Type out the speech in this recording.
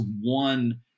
one